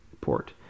port